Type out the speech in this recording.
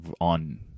on